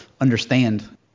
understand